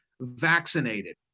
vaccinated